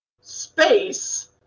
space